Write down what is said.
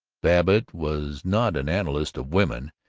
babbitt was not an analyst of women,